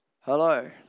Hello